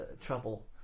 trouble